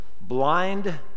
Blind